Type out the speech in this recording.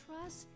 trust